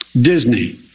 Disney